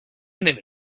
never